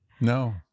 No